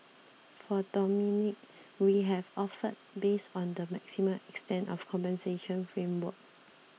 for Dominique we have offered based on the maximum extent of compensation framework